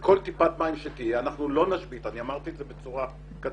כל טיפת מים שתהיה, אנחנו לא נשבית מתקני התפלה.